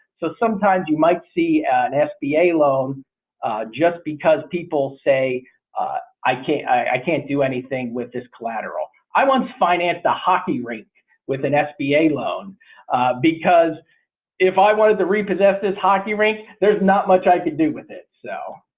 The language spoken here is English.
so sometimes you might see an sba loan just because people say i can't i can't do anything with this collateral. i want to finance the hockey rink with an sba loan because if i wanted to repossess this hockey rink there's not much i could do with it. so.